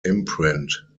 imprint